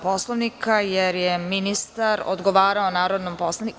Poslovnika, jer je ministar odgovarao narodnom poslaniku.